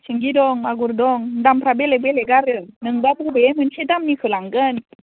सिंगि दं मागुर दं दामफोरा बेलेग बेलेग आरो नोंबा बबे मोनसे दामनिखौ लांगोन